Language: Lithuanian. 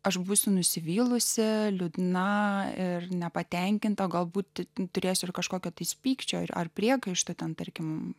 aš būsiu nusivylusi liūdna ir nepatenkinta galbūt turėsiu ir kažkokią jis pykčio ar priekaištą ten tarkim